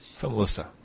Famosa